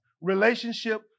Relationship